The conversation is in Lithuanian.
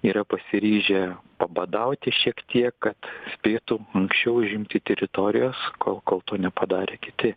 yra pasiryžę pabadauti šiek tiek spėtų anksčiau užimtos teritorijos kol kol to nepadarė kiti